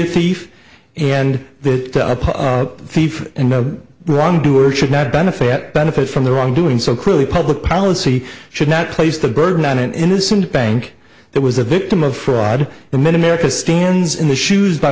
a thief and the wrongdoer should not benefit benefit from the wrongdoing so clearly public policy should not place the burden on an innocent bank that was a victim of fraud the many medical stands in the shoes by